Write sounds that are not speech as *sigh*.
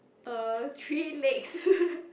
uh three legs *laughs*